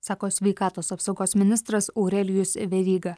sako sveikatos apsaugos ministras aurelijus veryga